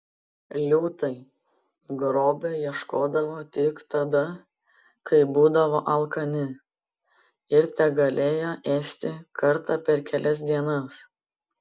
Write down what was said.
liūtai grobio ieškodavo tik tada kai būdavo alkani ir tegalėjo ėsti kartą per kelias dienas